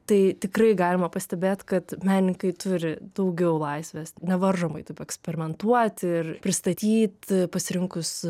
tai tikrai galima pastebėt kad menininkai turi daugiau laisvės nevaržomai eksperimentuoti ir pristatyti pasirinkus